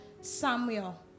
Samuel